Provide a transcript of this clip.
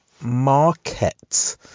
market